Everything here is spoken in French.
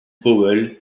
powell